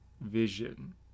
vision